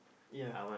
ya